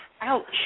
ouch